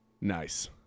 Nice